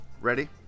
Ready